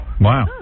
Wow